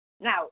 Now